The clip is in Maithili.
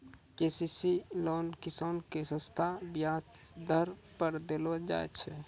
के.सी.सी लोन किसान के सस्ता ब्याज दर पर देलो जाय छै